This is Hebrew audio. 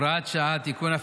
(הוראת שעה) (תיקון,